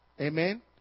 Amen